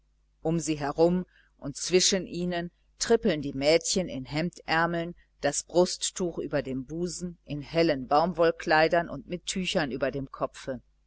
um sie herum und zwischen ihnen trippeln die mädchen in hemdärmeln das brusttuch über dem busen in hellen baumwollkleidern und mit tüchern über dem kopfe